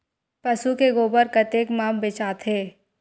पशु के गोबर कतेक म बेचाथे?